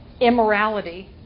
immorality